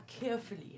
carefully